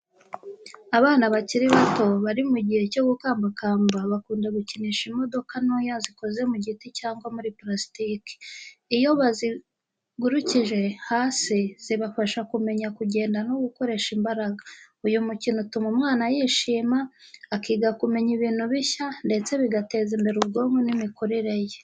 Abana bakiri bato, bari mu gihe cyo gukambakamba, bakunda gukinisha imodoka ntoya zikoze mu giti cyangwa muri purasitiki. Iyo bazigurukije hasi, zibafasha kumenya kugenda no gukoresha imbaraga. Uyu mukino utuma umwana yishima, akiga kumenya ibintu bishya, ndetse bigateza imbere ubwonko n’imikurire ye.